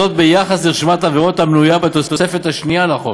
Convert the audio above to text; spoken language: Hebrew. ביחס לרשימת העבירות המנויה בתוספת השנייה לחוק,